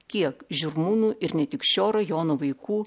kiek žirmūnų ir ne tik šio rajono vaikų